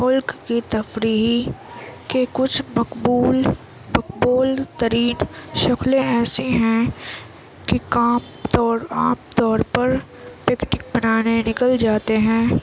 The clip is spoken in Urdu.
ملک کی تفریحی کے کچھ مقبول مقبول ترین شکلیں ایسی ہیں کہ کام طورعام طور پر پکنک منانے نکل جاتے ہیں